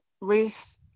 Ruth